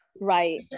Right